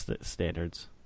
standards